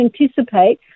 anticipate